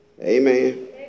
Amen